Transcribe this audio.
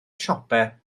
siopau